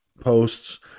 posts